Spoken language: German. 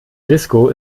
disco